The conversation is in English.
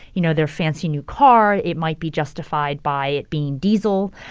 you know, their fancy new car. it might be justified by it being diesel,